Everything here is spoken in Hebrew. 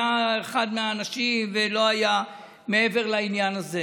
היה אחד מהאנשים ולא היה מעבר לעניין הזה.